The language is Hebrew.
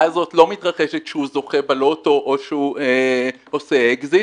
הזו לא מתרחשת כשהוא זוכה בלוטו או כשהוא עושה אקזיט.